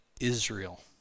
Israel